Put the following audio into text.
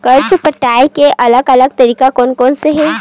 कर्जा पटाये के अलग अलग तरीका कोन कोन से हे?